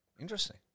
Interesting